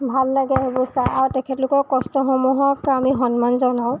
ভাল লাগে সেইবোৰ চাই আৰু তেখেতলোকৰ কষ্টসমূহক আমি সন্মান জনাওঁ